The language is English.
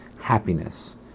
happiness